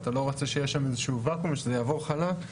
ואתה לא רוצה שיהיה שם איזשהו ואקום ושזה יעבור חלק.